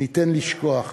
האם ניתן לשכוח.